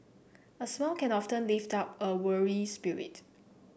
a smile can often lift up a weary spirit